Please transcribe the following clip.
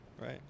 right